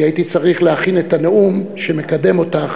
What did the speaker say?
כי הייתי צריך להכין את הנאום שמקדם אותך